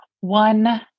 one